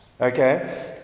Okay